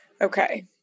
Okay